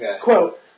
Quote